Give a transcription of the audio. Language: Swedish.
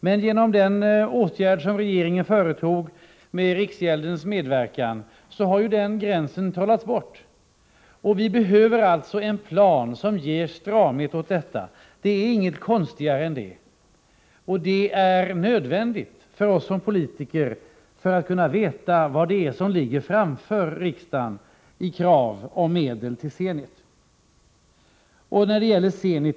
Men genom regeringens åtgärd, med riksgäldens medverkan, har denna gräns trollats bort, och vi behöver alltså en plan som ger stramhet åt det hela. Det är inte konstigare än så. Detta är nödvändigt för oss som politiker för att vi skall veta vad det är som väntar riksdagen i fråga om krav och medel beträffande Zenit.